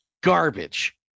Garbage